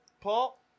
Paul